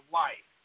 life